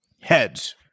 Heads